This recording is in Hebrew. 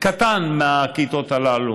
קטן מהכיתות הללו,